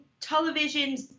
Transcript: televisions